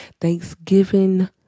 Thanksgiving